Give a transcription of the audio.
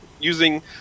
using